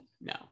no